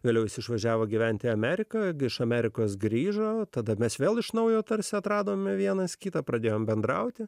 vėliau jis išvažiavo gyventi ameriką iš amerikos grįžo tada mes vėl iš naujo tarsi atradome vienas kitą pradėjome bendrauti